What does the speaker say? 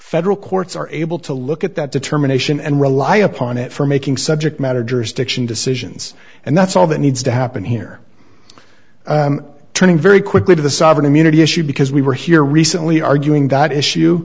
federal courts are able to look at that determination and rely upon it for making subject matter jurisdiction decisions and that's all that needs to happen here turning very quickly to the sovereign immunity issue because we were here recently arguing that issue